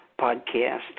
podcast